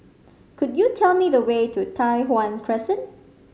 could you tell me the way to Tai Hwan Crescent